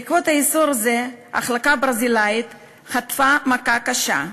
בעקבות איסור זה ההחלקה הברזילאית חטפה מכה קשה.